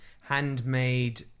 handmade